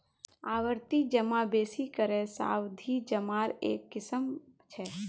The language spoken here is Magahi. आवर्ती जमा बेसि करे सावधि जमार एक किस्म छ